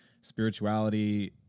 spirituality